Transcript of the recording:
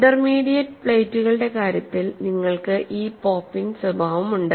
intermediate പ്ലേറ്റുകളുടെ കാര്യത്തിൽ നിങ്ങൾക്ക് ഈ പോപ്പ് ഇൻ സ്വഭാവമുണ്ട്